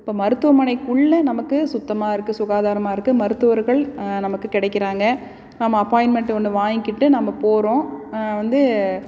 இப்போ மருத்துவமனைக்குள்ளே நமக்கு சுத்தமாக இருக்குது சுகாதாரமாக இருக்குது மருத்துவர்கள் நமக்கு கிடைக்குறாங்க நம்ம அப்பாயின்மெண்ட் ஒன்று வாங்கிக்கிட்டு நம்ம போகிறோம் வந்து